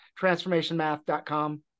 transformationmath.com